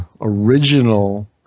original